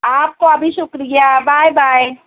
آپ کو ابھی شکریہ بائے بائے